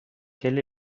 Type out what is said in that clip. quel